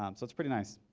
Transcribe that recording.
um so it's pretty nice.